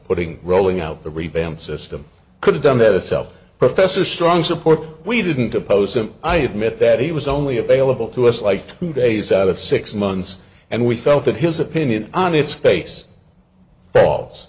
putting rolling out the revamped system could have done that itself professor strong support we didn't oppose him i admit that he was only available to us like two days out of six months and we felt that his opinion on its face faults